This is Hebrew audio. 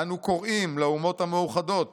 אנו קוראים לאומות המאוחדות